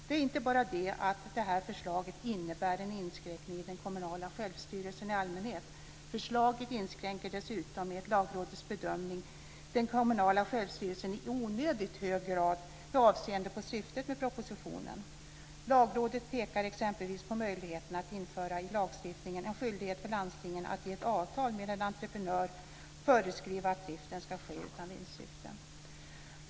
Det är inte bara det att förslaget innebär en inskränkning av den kommunala självstyrelsen i allmänhet - förslaget inskränker dessutom enligt Lagrådets bedömning den kommunala självstyrelsen i "onödigt" hög grad med avseende på syftet med propositionen. Lagrådet pekar exempelvis på möjligheten att i lagstiftningen införa en skyldighet för landstingen att i ett avtal med en entreprenör föreskriva att driften ska ske utan vinstsyfte.